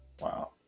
Wow